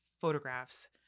photographs